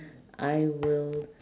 I will